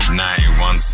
91